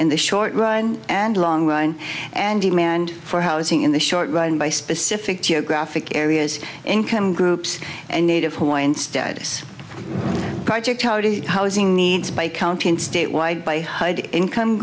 in the short run and long run and demand for housing in the short run by specific geographic areas income groups and native hawaiian status project already housing needs by county and state wide by high income